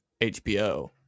HBO